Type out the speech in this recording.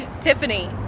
Tiffany